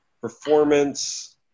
performance